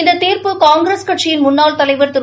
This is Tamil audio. இந்த தீர்ப்பு காங்கிரஸ் கட்சியின் முன்னாள் தலைவர் திரு